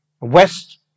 west